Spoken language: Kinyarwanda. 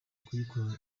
kuyikora